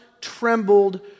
trembled